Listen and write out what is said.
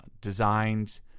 designs